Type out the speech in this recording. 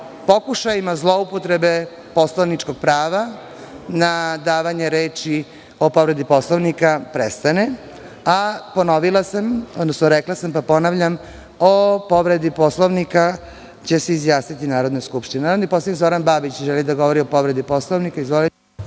pokušajima zloupotrebe poslovničkog prava na davanje reči o povredi Poslovnika prestane. Ponovila sam, odnosno rekla sam pa ponavljam, o povredi Poslovnika će se izjasniti Narodna skupština. Narodni poslanik Zoran Babić želi da govori o povredi Poslovnika.